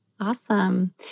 awesome